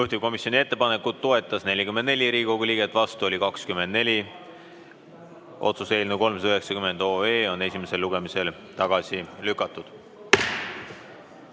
Juhtivkomisjoni ettepanekut toetas 44 Riigikogu liiget, vastu oli 24. Otsuse eelnõu 390 on esimesel lugemisel tagasi lükatud.